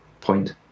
point